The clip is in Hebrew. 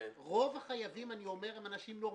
רוב החייבים אני אומר הם אנשים נורמטיביים.